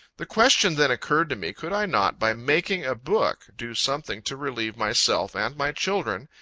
the question then occurred to me, could i not, by making a book, do something to relieve myself and my children,